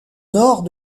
nord